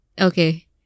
okay